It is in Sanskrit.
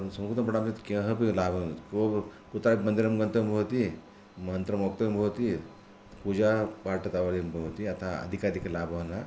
परन्तु संस्कृतं पठामः चेत् केनापि लाभः न को कुतः मन्दिरं गन्तव्यं भवति मन्त्रं वक्तव्यं भवति पूजापाठः तावदेव भवति अतः अधिकाधिकलाभः न